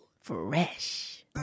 Fresh